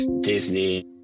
Disney